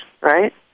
Right